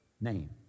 name